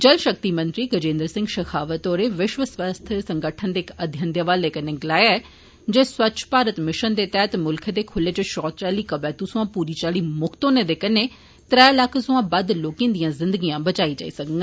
जल शक्ति मंत्री गजेन्द्र सिंह शेखावत होरें विश्व स्वास्थ्य संगठन दे इक अध्ययन दे हवाले कन्नै गलाया ऐ जे स्वच्छ भारत मिशन दे तहत मुल्ख दे खुल्ले इच शौच आली कवैतू सोया पूरी चाली मुक्त होने कन्नै त्रै लक्ख सोयां बद्द लोकें दियां जिंदगियां बचाईया जाई सकड़न